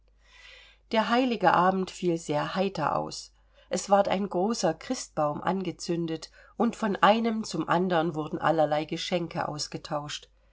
der heilige abend fiel sehr heiter aus es ward ein großer christbaum angezündet und von einem zum andern wurden allerlei geschenke getauscht